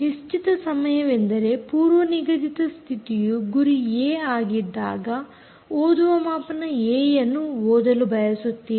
ನಿಶ್ಚಿತ ಸಮಯವೆಂದರೆ ಪೂರ್ವನಿಗದಿತ ಸ್ಥಿತಿಯು ಗುರಿ ಏ ಆಗಿದ್ದಾಗ ಓದುವ ಮಾಪನ ಏಯನ್ನು ಓದಲು ಬಯಸುತ್ತೀರಿ